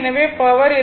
எனவே பவர் இருக்காது